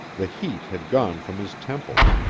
the heat had gone from his temples.